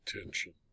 attention